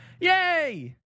Yay